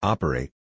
Operate